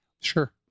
Sure